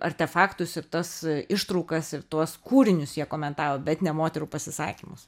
artefaktus ir tas ištraukas ir tuos kūrinius jie komentavo bet ne moterų pasisakymus